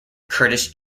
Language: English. curtis